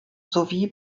sowie